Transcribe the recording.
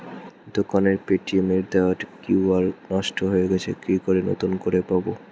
দোকানের পেটিএম এর দেওয়া কিউ.আর নষ্ট হয়ে গেছে কি করে নতুন করে পাবো?